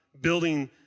building